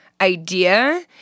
idea